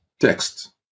text